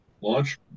launch